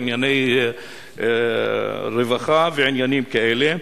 ענייני רווחה ועניינים כאלה,